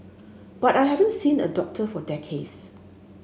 but I haven't seen a doctor for decades